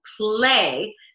play